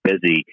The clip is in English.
busy